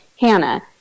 Hannah